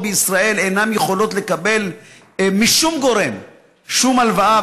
בישראל אינן יכולות לקבל משום גורם שום הלוואה,